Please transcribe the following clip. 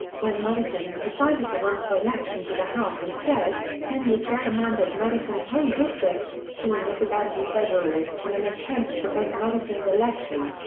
when madison decided to run for election to the house instead, henry gerrymandered madison's home district, filling it with anti-federalists in an attempt to prevent madison's election.